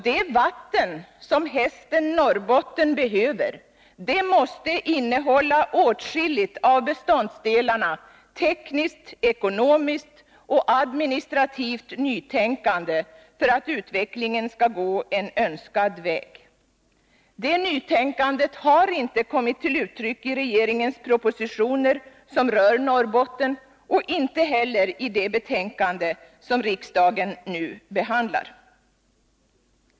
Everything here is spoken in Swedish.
Det ”vatten” som hästen Norrbotten behöver måste innehålla åtskilligt av beståndsdelarna tekniskt, ekonomiskt och administrativt nytänkande för att utvecklingen skall gå en önskad väg. Det nytänkandet har inte kommit till uttryck i regeringens propositioner som rör Norrbotten och inte heller i det betänkande som riksdagen nu behandlar.